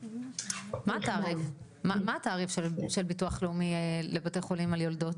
מה התעריף של הביטוח הלאומי לבתי חולים על יולדות?